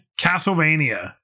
Castlevania